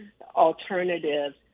alternatives